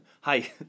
Hi